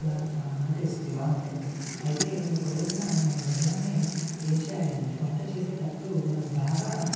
అలాగ చాలా టేస్టీగా ఉంటుంది అయితే ఒక రోజున మనము ఉదయాన్నే ఏం చేయాలి అంటే వంట చేసేటప్పుడు మనం బాగా